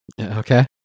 Okay